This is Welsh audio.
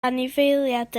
anifeiliaid